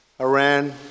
Iran